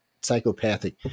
psychopathic